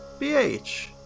BH